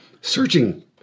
searching